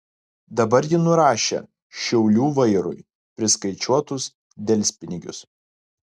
dabar ji nurašė šiaulių vairui priskaičiuotus delspinigius